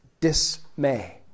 Dismay